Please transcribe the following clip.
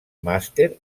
màster